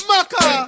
Maka